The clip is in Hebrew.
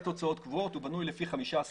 הוצאות קבועות אלא הוא בנוי לפי 15 אחוזים.